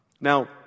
Now